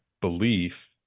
belief